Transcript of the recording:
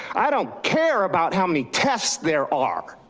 i don't care about how many tests there are.